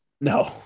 No